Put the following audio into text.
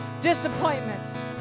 Disappointments